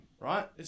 right